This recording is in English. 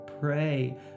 pray